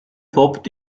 poppt